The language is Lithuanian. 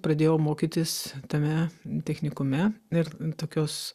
pradėjau mokytis tame technikume ir tokios